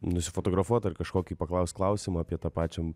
nusifotografuot ar kažkokį paklaust klausimą apie tą pačią